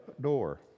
door